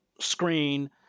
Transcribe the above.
screen